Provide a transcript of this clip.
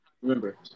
Remember